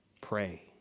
Pray